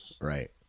right